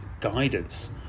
guidance